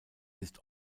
ist